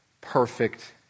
perfect